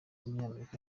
w’umunyamerika